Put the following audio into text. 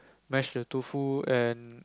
mash the Tofu and